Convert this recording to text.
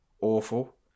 awful